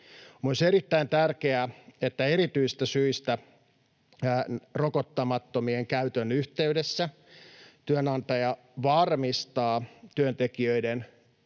myös erittäin tärkeää, että erityisistä syistä rokottamattomien käytön yhteydessä työnantaja varmistaa työntekijöiden